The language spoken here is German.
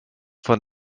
von